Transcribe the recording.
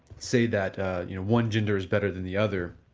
say that one gender is better than the other.